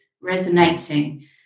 resonating